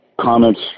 comments